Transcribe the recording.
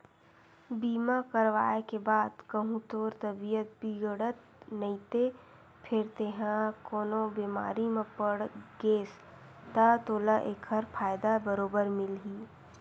बीमा करवाय के बाद कहूँ तोर तबीयत बिगड़त नइते फेर तेंहा कोनो बेमारी म पड़ गेस ता तोला ऐकर फायदा बरोबर मिलही